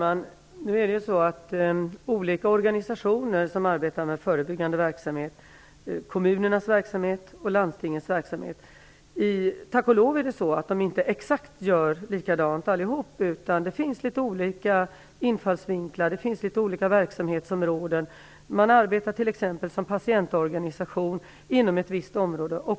Fru talman! Olika organisationer arbetar med förebyggande verksamhet, med kommunernas och med landstingens verksamhet. Tack och lov gör alla dessa inte exakt likadant. Det finns tvärtom litet olika infallsvinklar och olika verksamhetsområden. Patientorganisationer arbetar t.ex. inom ett visst område.